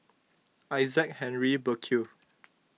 Isaac Henry Burkill